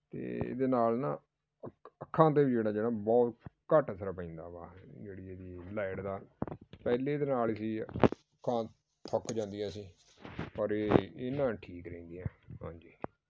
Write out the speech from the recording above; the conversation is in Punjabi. ਅਤੇ ਇਹਦੇ ਨਾਲ ਨਾ ਅੱਖ ਅੱਖਾਂ 'ਤੇ ਵੀ ਜਿਹੜਾ ਜਿਹੜਾ ਬਹੁਤ ਘੱਟ ਅਸਰ ਪੈਂਦਾ ਵਾ ਜਿਹੜੀ ਇਹਦੀ ਲਾਈਟ ਦਾ ਪਹਿਲੇ ਦੇ ਨਾਲ ਕੀ ਆ ਅੱਖਾਂ ਥੱਕ ਜਾਂਦੀਆਂ ਸੀ ਪਰ ਪਰ ਇਹ ਇਹਦੇ ਨਾਲ ਠੀਕ ਰਹਿੰਦੀਆਂ ਹਾਂਜੀ